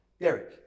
Derek